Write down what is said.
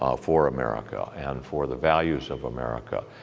um for america. and for the values of america.